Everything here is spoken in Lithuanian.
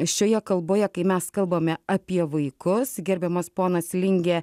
šioje kalboje kai mes kalbame apie vaikus gerbiamas ponas lingė